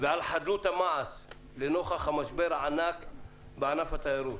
ועל חדלות המעש לנוכח המשבר הענק בענף התיירות.